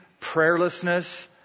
prayerlessness